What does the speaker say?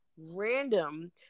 random